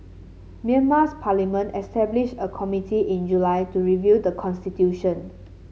Myanmar's parliament established a committee in July to review the constitution